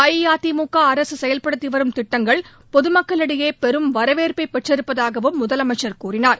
அஇஅதிமுக அரசு செயல்படுத்தி வரும் திட்டங்கள் பொதுமக்களிடையே பெரும் வரவேற்பப பெற்றிருப்பதாகவும் முதலமைச்சர் கூறினார்